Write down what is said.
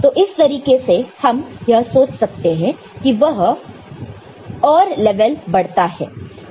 तो इस तरीके से हम यह सोच सकते हैं कि वह एक और लेवल से बढ़ता है